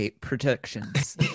protections